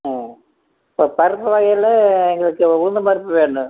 ஆ இப்போ பருப்பு வகைகளில் எங்களுக்கு உளுத்தம்பருப்பு வேணும்